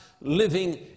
living